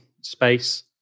space